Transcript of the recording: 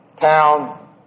town